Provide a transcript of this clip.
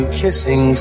kissing